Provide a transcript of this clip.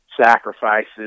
sacrifices